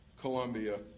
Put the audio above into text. Colombia